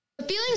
Feelings